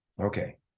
Okay